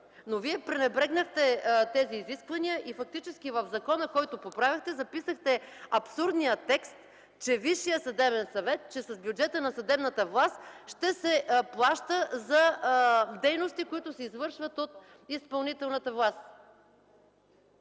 Вие пренебрегнахте тези изисквания и фактически в закона, който поправяхте, записахте абсурдния текст, че с бюджета на съдебната власт ще се плаща за дейности, които се извършват от изпълнителната власт.